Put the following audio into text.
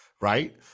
right